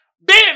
bam